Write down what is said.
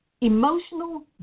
Emotional